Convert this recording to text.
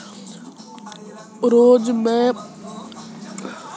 रोज़ से जो मुझे पेंशन मिलती है वह कितनी तारीख को जमा होगी?